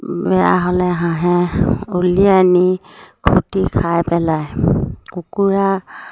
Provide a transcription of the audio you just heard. বেয়া হ'লে হাঁহে উলিয়াই নি খুটি খাই পেলাই কুকুৰা